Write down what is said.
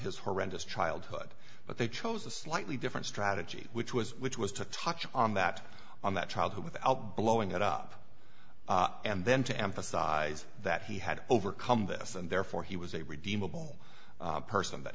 his horrendous childhood but they chose a slightly different strategy which was which was to touch on that on that child without blowing it up and then to emphasize that he had overcome this and therefore he was a redeemable person that